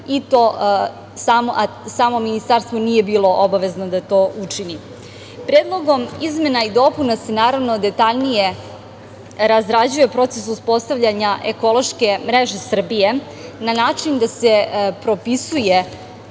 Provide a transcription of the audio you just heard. i to samo Ministarstvo nije bilo obavezno da to učini. Predlogom izmena i dopuna se detaljnije razrađuje proces uspostavljanja ekološke mreže Srbije na način da se propisuje